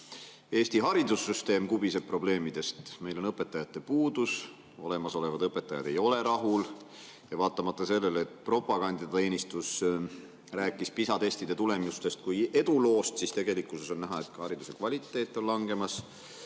Eesti haridussüsteem kubiseb probleemidest: meil on õpetajate puudus, olemasolevad õpetajad ei ole rahul ja vaatamata sellele, et propagandateenistus rääkis PISA testide tulemustest kui eduloost, on tegelikkuses näha, et hariduse kvaliteet on langemas.